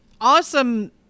awesome